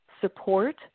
support